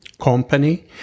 company